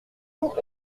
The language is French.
loo